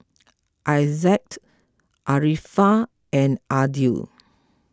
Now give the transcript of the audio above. Izzat Arifa and Aidil